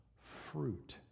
fruit